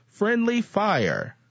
friendlyfire